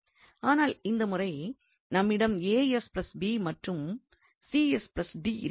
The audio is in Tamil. ஆனால் இந்த முறை நம்மிடம் மற்றும் இருக்கின்றது